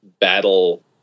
battle